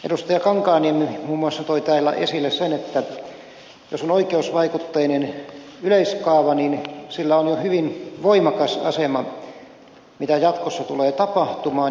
kankaanniemi muun muassa toi täällä esille sen että jos on oikeusvaikutteinen yleiskaava niin sillä on jo hyvin voimakas asema siinä mitä jatkossa tulee tapahtumaan